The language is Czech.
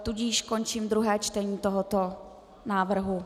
Tudíž končím druhé čtení tohoto návrhu.